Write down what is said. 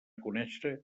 conèixer